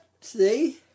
See